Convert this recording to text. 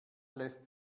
lässt